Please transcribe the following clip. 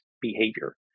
behavior